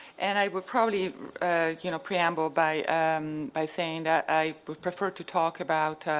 and i would probably you know preamble by um by saying that i would prefer to talk about